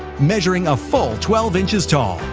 measuring a full twelve inches tall,